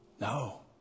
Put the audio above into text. No